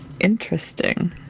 Interesting